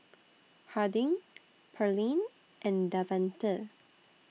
Harding Pearline and Davante